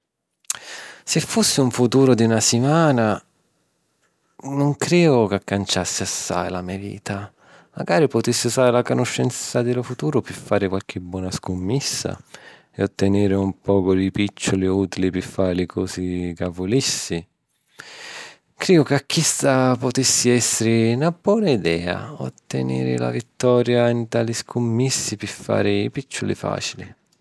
Si fussi un futuru di na simana, nun criju ca canciassi assai la me vita... Macari putissi usari la canuscenza di lu futuru pi fari qualchi bona scummissa e ottèniri un poco di pìcciuli ùtili pi fari li cosi ca vulissi. Criju ca chista putissi èssiri na bona idea, ottèniri la vittoria nti li scummissi pi fari picciuli fàcili